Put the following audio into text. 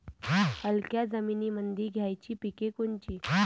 हलक्या जमीनीमंदी घ्यायची पिके कोनची?